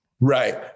right